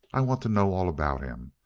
i want to know all about him.